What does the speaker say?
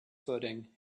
footing